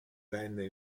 venne